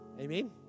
Amen